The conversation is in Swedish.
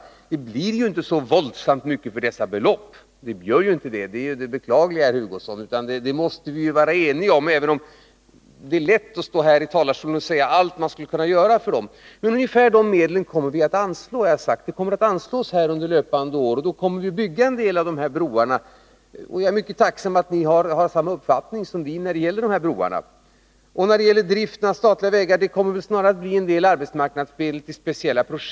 Men det blir inte så våldsamt mycket för dessa belopp — det är det beklagliga. Detta måste vi ju vara eniga om. Däremot är det lätt att stå här i talarstolen och säga hur mycket man skulle kunna göra. Men vi kommer som sagt att anslå ungefär de här beloppen under löpande år, och då kommer vi att bygga några av dessa broar — jag är mycket tacksam för att ni har ungefär samma uppfattning som vi i fråga om dem. När det gäller driften av statliga vägar kommer det snarast att bli fråga om en del AMS-medel till speciella projekt.